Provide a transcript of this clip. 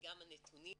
גם הנתונים,